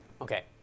Okay